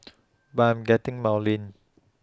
but I am getting maudlin